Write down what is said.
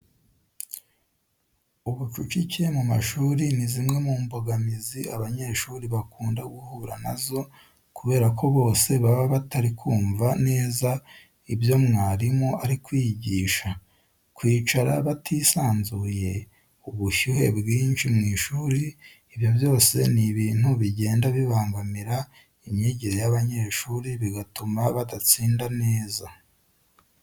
Ubucucike mu mashuri ni zimwe mu mbogamizi abanyeshuri bakunda guhura na zo kubera ko bose baba batari kumva neza ibyo mwarimu ari kwigisha. Kwicara batisanzuye, ubushyuhe bwinshi mu ishuri, ibyo byose ni ibintu bigenda bibangamira imyigire y'abanyeshuri bigatuma badatsinda neza.